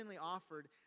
offered